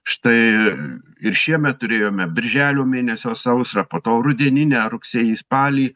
štai ir šiemet turėjome birželio mėnesio sausrą po to rudeninę rugsėjį spalį